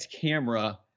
camera